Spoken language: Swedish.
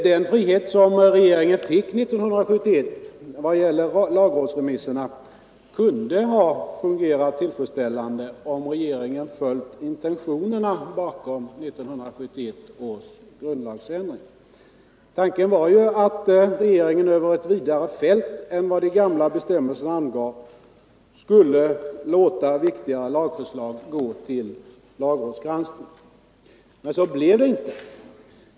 Den frihet som regeringen fick 1971 vad gäller lagrådsremisserna kunde ha fungerat tillfredsställande, om regeringen hade följt intentionerna bakom 1971 års grundlagsändring. Tanken var ju att regeringen över ett vidare fält än vad de gamla bestämmelserna angav skulle låta viktiga lagförslag gå till lagrådsgranskning. Men så blev det inte.